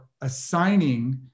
assigning